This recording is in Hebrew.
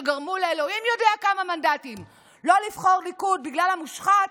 שגרמו לאלוהים יודע כמה מנדטים לא לבחור ליכוד בגלל המושחת,